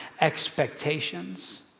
expectations